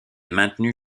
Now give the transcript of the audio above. maintenues